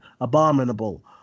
Abominable